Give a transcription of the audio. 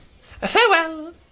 Farewell